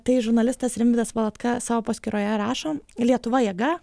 tai žurnalistas rimvydas valatka savo paskyroje rašo lietuva jėga